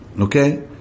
Okay